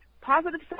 positive